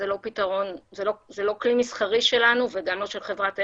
זה לא כלי מסחרי שלנו וגם לא של חברת אפל.